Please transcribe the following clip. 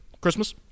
Christmas